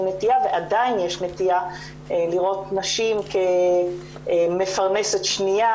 נטייה ועדיין יש נטייה לראות נשים כמפרנסת שנייה,